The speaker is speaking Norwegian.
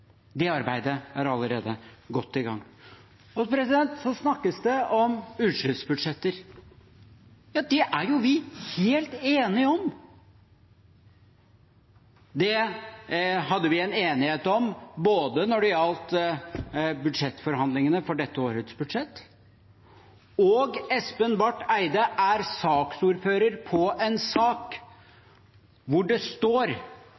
Det arbeidet er allerede godt i gang. Så snakkes det om utslippsbudsjetter. Ja, det er vi helt enige om. Det hadde vi en enighet om når det gjaldt budsjettforhandlingene for dette årets budsjett, og når det gjaldt en sak der Espen Barth Eide er saksordfører, der det står